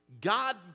god